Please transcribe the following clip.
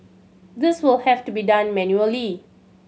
this will have to be done manually